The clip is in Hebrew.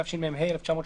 התשמ"ה-1985,